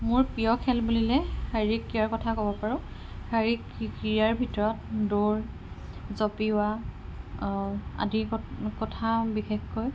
মোৰ প্ৰিয় খেল বুলিলে শাৰীৰিক ক্ৰীড়াৰ কথা ক'ব পাৰোঁ শাৰীৰিক ক্ৰীড়াৰ ভিতৰত দৌৰ জপিওৱা আদিৰ কথা বিশেষকৈ